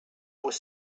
was